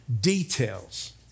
details